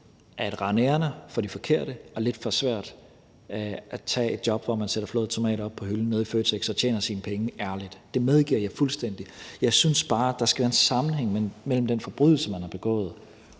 at rende ærinder for de forkerte og lidt for svært at tage et job, hvor man sætter flåede tomater op på hylden nede i Føtex og tjener sine penge ærligt. Det medgiver jeg fuldstændig. Jeg synes bare, der skal være en sammenhæng mellem den forbrydelse, man har begået,